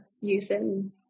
using